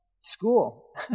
school